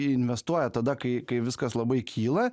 investuoja tada kai kai viskas labai kyla